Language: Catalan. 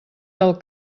del